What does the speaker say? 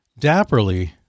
dapperly